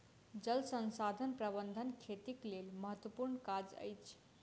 जल संसाधन प्रबंधन खेतीक लेल महत्त्वपूर्ण काज अछि